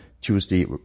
Tuesday